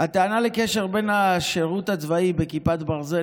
הטענה לקשר בין השירות הצבאי בכיפת ברזל